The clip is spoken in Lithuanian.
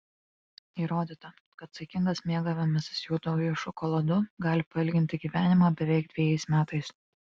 įrodyta kad saikingas mėgavimasis juoduoju šokoladu gali pailginti gyvenimą beveik dvejais metais